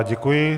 Děkuji.